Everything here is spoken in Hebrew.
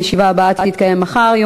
הישיבה הבאה תתקיים מחר,